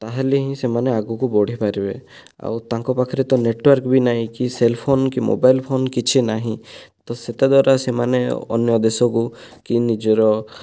ତାହେଲେ ହିଁ ସେମାନେ ଆଗକୁ ବଢ଼ିପାରିବେ ଆଉ ତାଙ୍କ ପାଖରେ ତ ନେଟୱାର୍କ୍ ବି ନାହିଁ କି ସେଲଫୋନ୍ କି ମୋବାଇଲ୍ ଫୋନ୍ କିଛି ନାହିଁ ତ ସେତଦ୍ୱାରା ସେମାନେ ଅନ୍ୟ ଦେଶକୁ କି ନିଜର